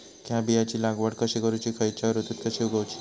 हया बियाची लागवड कशी करूची खैयच्य ऋतुत कशी उगउची?